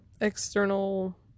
external